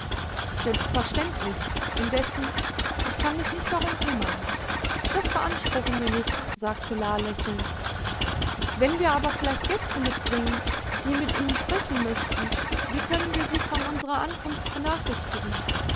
selbstverständlich indessen ich kann mich nicht darum kümmern das beanspruchen wir nicht sagte la lächelnd wenn wir aber vielleicht gäste mitbringen die mit ihnen sprechen möchten wie können wir sie von unsrer ankunft benachrichtigen